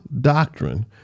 doctrine